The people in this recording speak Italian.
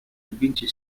vince